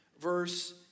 verse